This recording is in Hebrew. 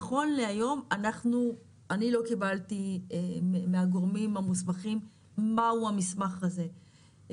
נכון להיום אני לא קיבלתי מהגורמים המוסמכים מהו המסמך הזה.